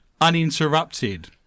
uninterrupted